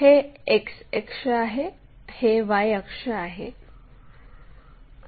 हे X अक्ष आहे हे Y अक्ष आहे